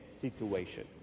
situation